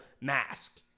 mask